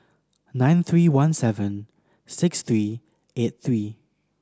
nine three one seven six three eight three